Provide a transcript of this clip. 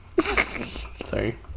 Sorry